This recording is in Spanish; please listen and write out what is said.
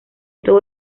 todo